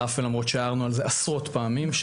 על אף ולמרות שהערנו על זה עשרות פעמים.